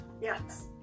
Yes